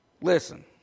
Listen